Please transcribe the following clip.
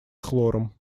хлором